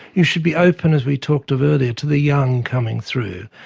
you should be open, as we talked of earlier, to the young coming through.